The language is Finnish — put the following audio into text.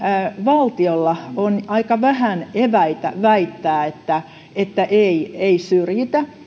valtiolla on aika vähän eväitä väittää että että ei ei syrjitä